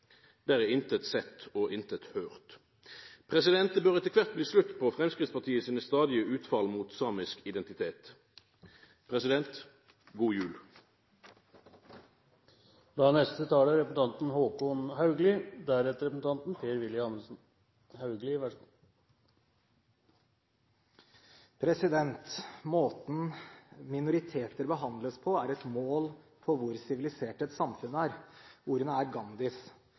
Der er inkje sett og inkje høyrt. Det bør etter kvart bli slutt på Framstegspartiet sine stadige utfall mot samisk identitet. President, god jul! Måten minoriteter behandles på, er mål på hvor sivilisert et samfunn er. Ordene er